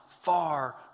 far